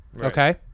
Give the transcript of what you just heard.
Okay